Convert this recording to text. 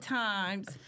times